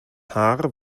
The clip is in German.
haar